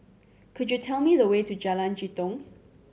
could you tell me the way to Jalan Jitong